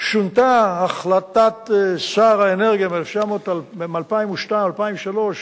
שונתה החלטת שר האנרגיה מ-2002, 2003,